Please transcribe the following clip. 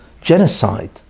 genocide